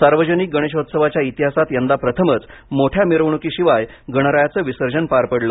सार्वजनिक गणेशोत्सवाच्या इतिहासात यंदा प्रथमच मोठ्या मिरवणुकीशिवाय गणरायाचं विसर्जन पार पडलं